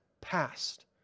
past